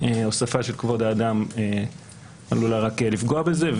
הוספה של כבוד האדם עלולה רק לפגוע בזה.